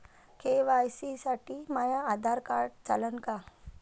KYC साठी माह्य Aadhaar card चालन का?